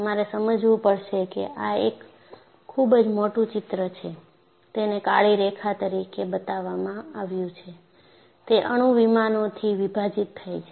તમારે સમજવું પડશે કે આ એક ખૂબ જ મોટું ચિત્ર છે જેને કાળી રેખા તરીકે બતાવવામાં આવ્યું છે તે અણુ વિમાનોથી વિભાજિત થાય છે